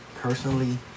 Personally